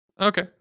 Okay